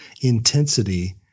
intensity